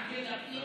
נעביר לפנים?